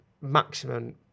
maximum